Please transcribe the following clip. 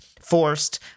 forced